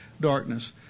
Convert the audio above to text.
darkness